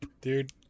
Dude